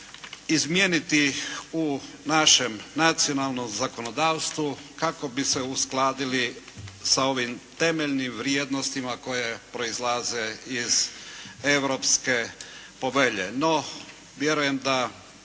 izmijeniti u našem nacionalnom zakonodavstvu kako bi se uskladili sa ovim temeljnim vrijednostima koje proizlaze iz Europske povelje. No, vjerujem da